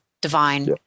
divine